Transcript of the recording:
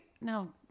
no